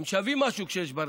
הם שווים משהו כשיש ברדק.